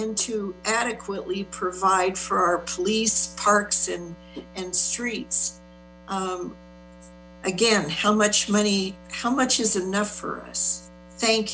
and to adequately provide for our police parks and and streets again how much money how much is enough for us thank